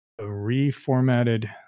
reformatted